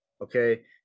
Okay